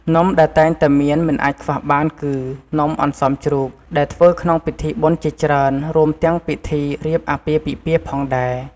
នំដែលតែងតែមានមិនអាចខ្វះបានគឺ នំអន្សមជ្រូក ដែលធ្វើក្នុងពិធីបុណ្យជាច្រើន រួមទាំងពិធីរៀបអាពាហ៍ពិពាហ៍ផងដែរ។